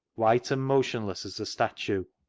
white and motionless as a statue,